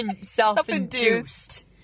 Self-induced